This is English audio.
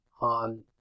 on